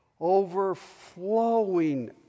overflowing